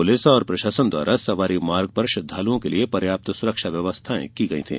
police एवं प्रशासन द्वारा सवारी मार्ग पर श्रद्वालुओं के लिए पर्याप्त सुरक्षा व्यवस्थाए की गयी